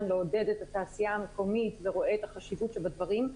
לעודד את התעשייה המקומית ורואה את החשיבות שבדברים.